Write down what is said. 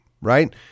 Right